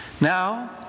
Now